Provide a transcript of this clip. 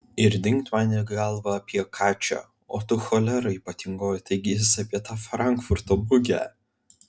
ir dingt man į galvą apie ką čia o tu cholera ypatingoji taigi jis apie tą frankfurto mugę